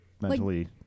mentally